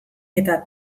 eta